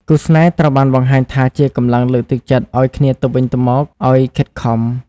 គូស្នេហ៍ ត្រូវបានបង្ហាញថាជាកម្លាំងលើកទឹកចិត្តឱ្យគ្នាទៅវិញទៅមកឱ្យខិតខំ។